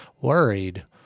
worried